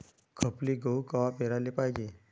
खपली गहू कवा पेराले पायजे?